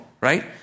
right